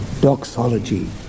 doxology